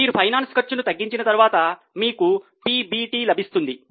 మీరు ఫైనాన్స్ ఖర్చును తగ్గించిన తరువాత మీకు పిబిటి లభిస్తుంది